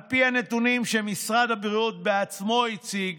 על פי הנתונים שמשרד הבריאות בעצמו הציג